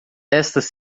estas